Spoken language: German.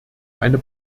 eine